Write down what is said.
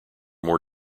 more